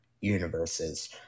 universes